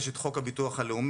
יש את חוק הביטוח הלאומי,